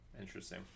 interesting